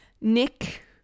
Nick